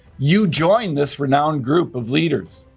you join this renowned group of leaders.